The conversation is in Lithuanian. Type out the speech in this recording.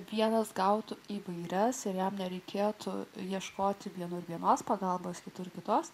vienas gautų įvairias ir jam nereikėtų ieškoti vienos dienos pagalbos kitur kitos